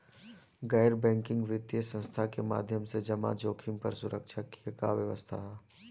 गैर बैंकिंग वित्तीय संस्था के माध्यम से जमा जोखिम पर सुरक्षा के का व्यवस्था ह?